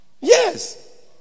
Yes